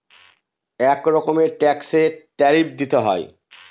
এক রকমের ট্যাক্সে ট্যারিফ দিতে হয়